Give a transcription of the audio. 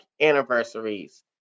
anniversaries